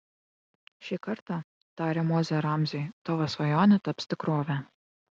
šį kartą tarė mozė ramziui tavo svajonė taps tikrove